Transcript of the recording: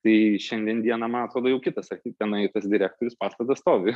tai šiandien dieną man atrodo jau kitas archi tenai tas direktorius pastatas stovi